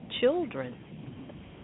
children